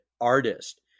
artist